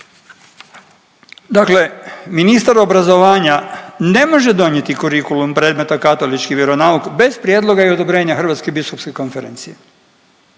da ministar obrazovanja ne može donijeti kurikulum predmeta katolički vjeronauk bez prijedloga i odobrenja Hrvatske biskupske konferencije